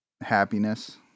happiness